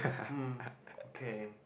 hmm okay